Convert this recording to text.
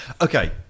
Okay